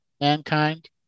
mankind